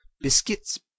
biscuits